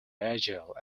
agile